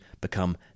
become